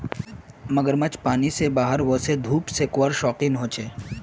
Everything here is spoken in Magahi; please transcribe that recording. मगरमच्छ पानी से बाहर वोसे धुप सेकवार शौक़ीन होचे